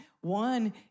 One